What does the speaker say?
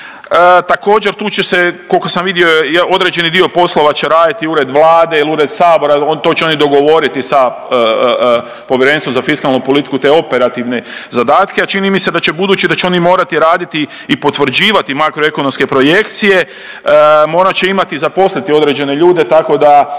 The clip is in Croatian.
Također tu će se, kolko sam vidio, određeni dio poslova će raditi ured Vlade il ured sabora, to će oni dogovoriti sa Povjerenstvom za fiskalnu politiku te operativne zadatke, a čini mi se da će, budući da će oni morati raditi i potvrđivati makroekonomske projekcije morat će imati i zaposliti određene ljude, tako da